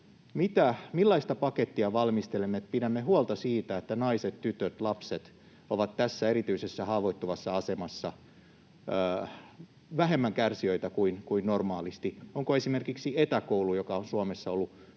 millaista pakettia valmistelemme, että pidämme huolta siitä, että naiset, tytöt, lapset ovat tässä erityisessä haavoittuvassa asemassa vähemmän kärsijöinä kuin normaalisti. Onko sellainen esimerkiksi etäkoulu, joka on Suomessa ollut